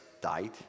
died